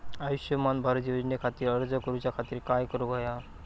आयुष्यमान भारत योजने खातिर अर्ज करूच्या खातिर काय करुक होया?